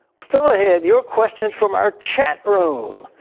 still ahead, your questions from our chat room.